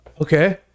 Okay